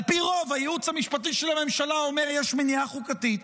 על פי רוב הייעוץ של הממשלה אומר שיש מניעה חוקתית,